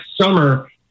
summer